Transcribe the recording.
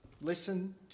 Listen